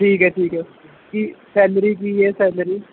ਠੀਕ ਹੈ ਠੀਕ ਹੈ ਕੀ ਸੈਲਰੀ ਕੀ ਹੈ ਸੈਲਰੀ